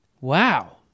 Wow